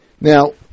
Now